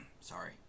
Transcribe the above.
sorry